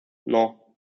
non